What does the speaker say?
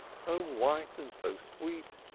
so white and so sweet!